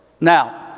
Now